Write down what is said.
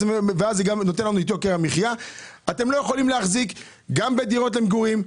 אתם לא יכולים להחזיק גם בדירות למגורים,